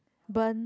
burn